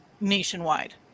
nationwide